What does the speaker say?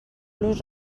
los